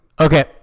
okay